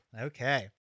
Okay